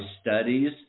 studies